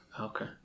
okay